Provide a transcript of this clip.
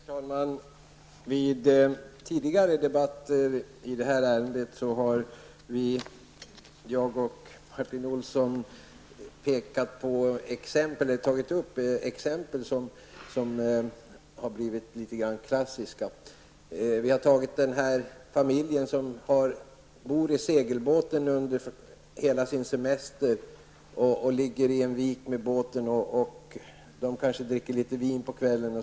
Herr talman! I tidigare debatter har Martin Olsson och jag tagit upp exempel som har blivit litet grand klassiska. Jag har nämnt exemplet med familjen som bor i en segelbåt under hela semestern. Familjen ligger i en vik med båten och dricker kanske litet vin på kvällen.